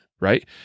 Right